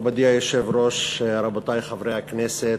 מכובדי היושב-ראש, רבותי חברי הכנסת,